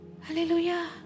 Hallelujah